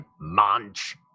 Munch